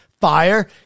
fire